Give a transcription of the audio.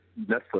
Netflix